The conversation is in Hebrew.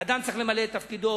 אדם צריך למלא את תפקידו,